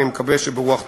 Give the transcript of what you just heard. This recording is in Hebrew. אני מקווה שברוח טובה.